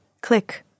Click